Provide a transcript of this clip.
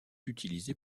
utilisée